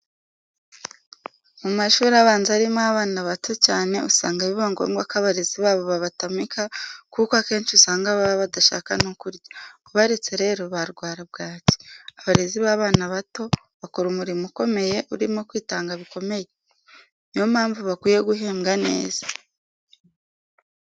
Mu mashuri abanza arimo abana bato cyane usanga biba ngombwa ko abarezi babo babatamika kuko akenshi usanga baba badashaka no kurya, ubaretse rero barwara bwaki. Abarezi b'abana bato bakora umurimo ukomeye urimo kwitanga bikomeye, ni yo mpamvu bakwiye guhembwa neza.